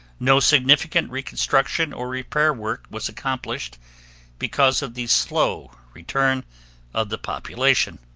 no significant reconstruction or repair work was accomplished because of the slow return of the population